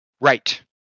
Right